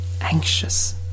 anxious